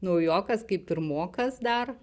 naujokas kaip pirmokas dar